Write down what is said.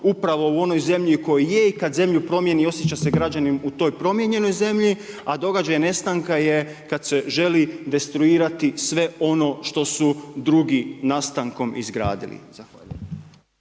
upravo u onoj zemlji kojoj je i kada zemlju promjeni, osjeća se građanin u toj promjerenoj zemlji, a događaj nestanka je kad se želi destruirati sve ono što su drugi nastankom izgradili.